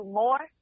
more